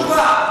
מכובדי,